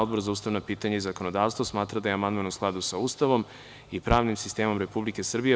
Odbor za ustavna pitanja i zakonodavstvo smatra da je amandman u skladu sa Ustavom i pravnim sistemom Republike Srbije.